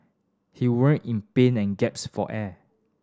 he writhed in pain and gasped for air